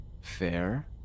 Fair